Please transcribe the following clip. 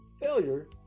Failure